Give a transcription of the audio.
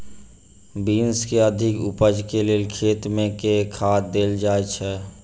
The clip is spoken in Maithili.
बीन्स केँ अधिक उपज केँ लेल खेत मे केँ खाद देल जाए छैय?